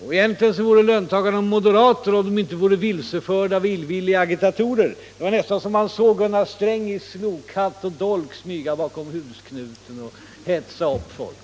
Herr Bohman sade också att egentligen skulle löntagarna vara moderater om de inte vore vilseförda av illvilliga agitatorer. Det var nästan så att man såg Gunnar Sträng i slokhatt och med dolk smyga bakom husknuten och hetsa upp folk.